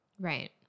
Right